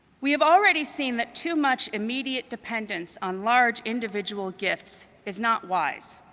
we have already seen that too much immediate dependence on large individual gifts is not wise,